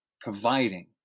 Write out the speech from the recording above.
providing